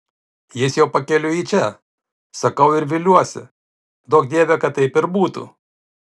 jis jau pakeliui į čia sakau ir viliuosi duok dieve kad taip ir būtų